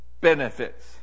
benefits